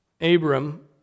Abram